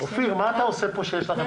הנדסאי וטכנאי מדעי הפיזיקה וההנדסה,